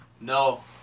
No